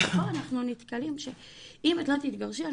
ופה אנחנו נתקלים שאם את לא תתגרשי,